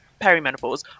perimenopause